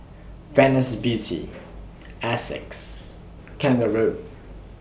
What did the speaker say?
Venus Beauty Asics Kangaroo